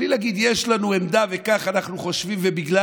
בלי להגיד: יש לנו עמדה וכך אנחנו חושבים ובגלל